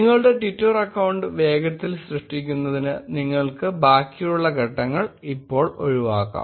നിങ്ങളുടെ Twitter account വേഗത്തിൽ സൃഷ്ടിക്കുന്നതിന് നിങ്ങൾക്ക് ബാക്കിയുള്ള ഘട്ടങ്ങൾ ഇപ്പോൾ ഒഴിവാക്കാം